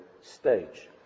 stage